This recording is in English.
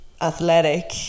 athletic